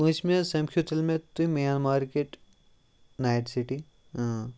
پٲنٛژمہِ حظ سَمکھیوٗ تیٚلہِ مےٚ تُہۍ مین مارکٮ۪ٹ نایٹ سِٹی